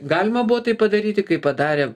galima buvo tai padaryti kai padarė